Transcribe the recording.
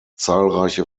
zahlreiche